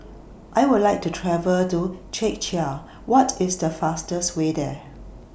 I Would like to travel to Czechia What IS The fastest Way There